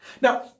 Now